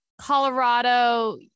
Colorado